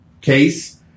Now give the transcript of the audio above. case